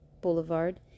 Boulevard